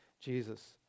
Jesus